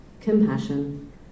compassion